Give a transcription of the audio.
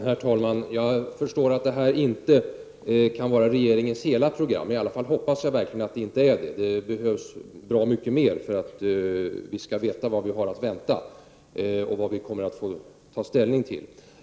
Herr talman! Jag förstår att det här inte kan vara regeringens hela program -— i alla fall hoppas jag verkligen att det inte är det. Det behövs bra mycket mer för att vi skall veta vad vi har att vänta och vad vi kommer att få ta ställning till.